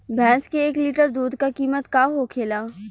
भैंस के एक लीटर दूध का कीमत का होखेला?